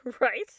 Right